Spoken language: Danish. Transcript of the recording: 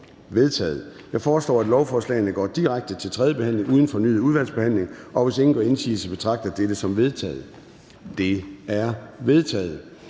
Jeg foreslår, at lovforslagene går direkte til tredje behandling uden fornyet udvalgsbehandling, og hvis ingen gør indsigelse, betragter jeg dette som vedtaget. Det er vedtaget.